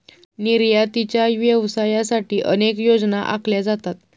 निर्यातीच्या व्यवसायासाठी अनेक योजना आखल्या जातात